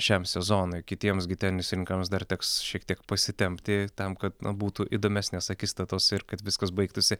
šiam sezonui kitiems gi tenisininkams dar teks šiek tiek pasitempti tam kad na būtų įdomesnės akistatos ir kad viskas baigtųsi